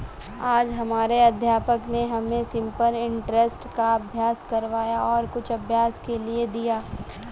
आज हमारे अध्यापक ने हमें सिंपल इंटरेस्ट का अभ्यास करवाया और कुछ अभ्यास के लिए दिया